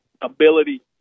ability